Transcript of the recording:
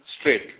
straight